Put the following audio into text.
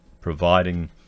providing